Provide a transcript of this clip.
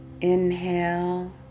Inhale